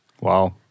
Wow